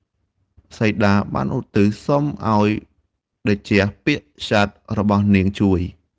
សីតាបានឧទ្ទិសសុំឱ្យតេជះពាក្យសត្យរបស់នាងជួយ។